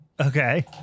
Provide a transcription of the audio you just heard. Okay